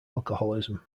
alcoholism